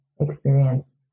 experience